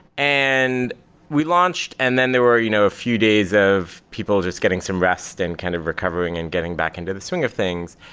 and we launched and then there were you know a few days of people just getting some rest and kind of recovering and getting back into the swing of things.